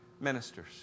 Ministers